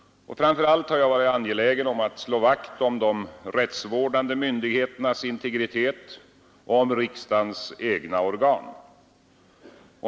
Framför allt har jag varit angelägen om att slå vakt om de rättsvårdande myndigheternas integritet och om riksdagens egna organ.